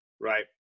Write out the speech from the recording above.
right